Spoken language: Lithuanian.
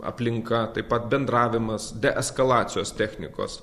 aplinka taip pat bendravimas deeskalacijos technikos